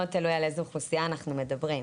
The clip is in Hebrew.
מאוד תלוי על איזו אוכלוסייה אנחנו מדברים.